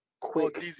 quick